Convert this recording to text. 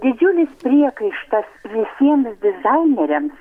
didžiulis priekaištas visiems dizaineriams